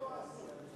עלול או עשוי?